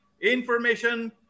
information